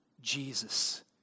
Jesus